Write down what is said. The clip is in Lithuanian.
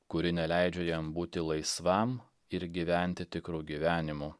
kuri neleidžia jam būti laisvam ir gyventi tikru gyvenimu